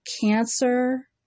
Cancer